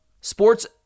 sports